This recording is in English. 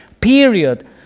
period